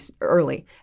early